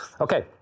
Okay